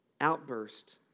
outburst